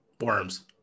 Worms